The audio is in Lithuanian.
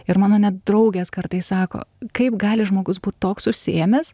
ir mano net draugės kartais sako kaip gali žmogus būt toks užsiėmęs